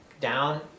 Down